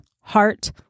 heart